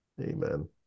Amen